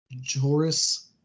Joris